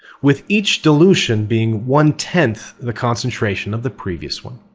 with each dilution being one tenth the concentration of the previous one.